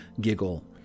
giggle